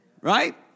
Right